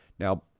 Now